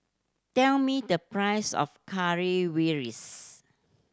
tell me the price of Currywurst